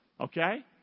Okay